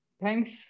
thanks